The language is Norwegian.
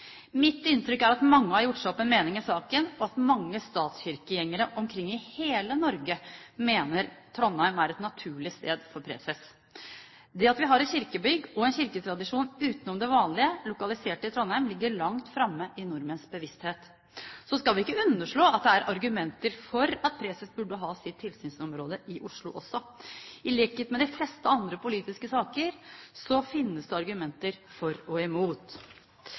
Mitt inntrykk er at mange har gjort seg opp en mening i saken, og at mange statskirkegjengere omkring i hele Norge mener Trondheim er et naturlig sted for preses. Det at vi har et kirkebygg og en kirketradisjon utenom det vanlige lokalisert i Trondheim, ligger langt framme i nordmenns bevissthet. Så skal vi ikke underslå at det er argumenter for at preses burde ha sitt tilsynsområde i Oslo også. I likhet med de fleste andre politiske saker finnes det argumenter for og imot.